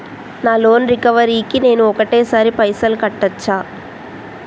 నా loan recovery కి నేను ఒకటేసరి పైసల్ కట్టొచ్చా?